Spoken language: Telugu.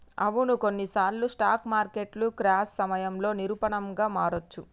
అవును కొన్నిసార్లు స్టాక్ మార్కెట్లు క్రాష్ సమయంలో నిరూపమానంగా మారొచ్చు